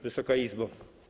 Wysoka Izbo!